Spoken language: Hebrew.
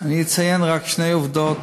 אני אציין רק שתי עובדות,